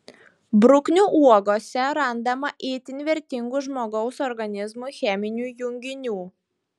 bruknių uogose randama itin vertingų žmogaus organizmui cheminių junginių